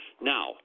Now